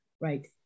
Right